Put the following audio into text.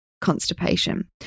constipation